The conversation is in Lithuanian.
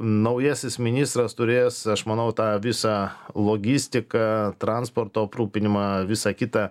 naujasis ministras turės aš manau tą visą logistiką transporto aprūpinimą visą kitą